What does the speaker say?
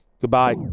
Goodbye